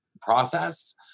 process